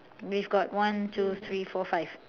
we've got one two three four five